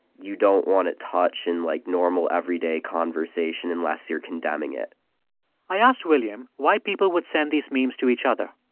you don't want to touch in, like, normal, everyday conversation unless you're condemning it i asked william why people would send these memes to each other.